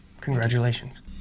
Congratulations